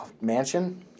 Mansion